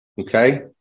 okay